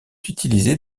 utilisée